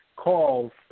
calls